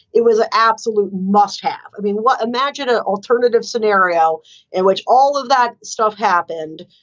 it was an absolute must have. i mean, what imagine an alternative scenario in which all of that stuff happened.